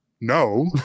No